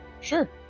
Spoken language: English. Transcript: Sure